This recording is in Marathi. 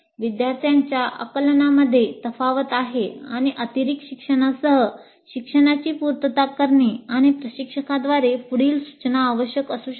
विद्यार्थ्यांच्या आकलनामध्ये तफावत आहे आणि अतिरिक्त शिक्षणासह शिक्षणाची पूर्तता करणे किंवा प्रशिक्षकाद्वारे पुढील सूचना आवश्यक असू शकतात